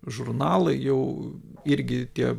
žurnalai jau irgi tie